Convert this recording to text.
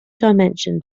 dimension